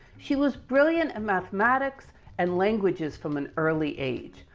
she was brilliant in mathematics and languages from an early age.